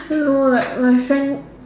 no like my friend